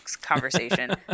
Conversation